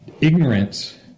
ignorance